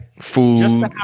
Food